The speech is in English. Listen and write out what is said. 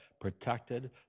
protected